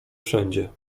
wszędzie